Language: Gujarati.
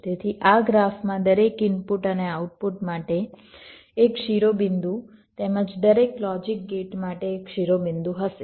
તેથી આ ગ્રાફમાં દરેક ઇનપુટ અને આઉટપુટ માટે એક શિરોબિંદુ તેમજ દરેક લોજિક ગેટ માટે એક શિરોબિંદુ હશે